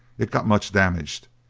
it got much damaged.